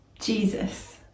Jesus